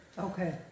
okay